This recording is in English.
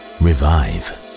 revive